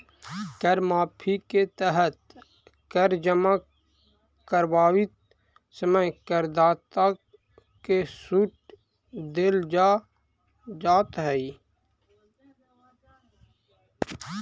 कर माफी के तहत कर जमा करवावित समय करदाता के सूट देल जाऽ हई